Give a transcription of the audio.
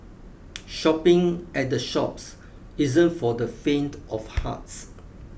shopping at the shops isn't for the faint of hearts